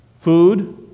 food